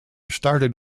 started